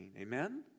Amen